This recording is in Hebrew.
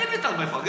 תגיד לי, אתה מפגר?